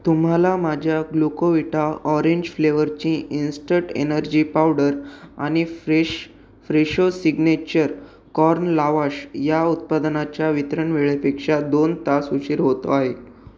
तुम्हाला माझ्या Glucovita orange फ्लेवरची इन्स्टंट एनर्जी पावडर आणि fresh Fresho signature corn lavash या उत्पादनाच्या वितरण वेळेपेक्षा दोन तास उशीर होतो आहे